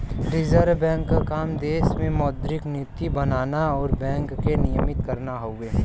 reserve bank क काम देश में मौद्रिक नीति बनाना आउर बैंक के नियमित करना हउवे